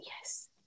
yes